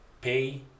pay